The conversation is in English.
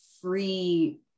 free